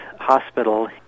hospital